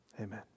amen